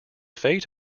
fate